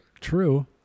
true